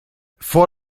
vor